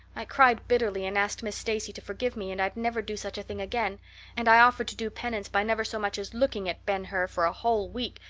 i cried bitterly, and asked miss stacy to forgive me and i'd never do such a thing again and i offered to do penance by never so much as looking at ben hur for a whole week,